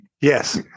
Yes